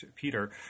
Peter